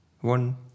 one